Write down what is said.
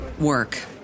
work